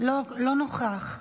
לא נוכח,